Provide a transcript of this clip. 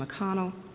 McConnell